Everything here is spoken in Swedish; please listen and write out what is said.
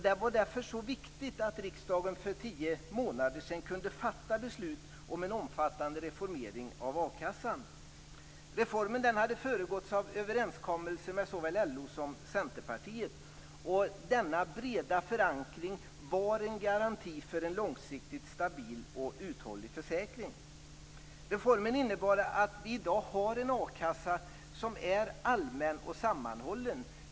Det var därför viktigt att riksdagen för tio månader sedan kunde fatta beslut om en omfattande reformering av a-kassan. Reformen hade föregåtts av en överenskommelse med såväl LO som Centerpartiet. Denna breda förankring var en garanti för en långsiktigt stabil och uthållig försäkring. Reformen innebar att vi i dag har en a-kassa som är allmän och sammanhållen.